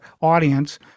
audience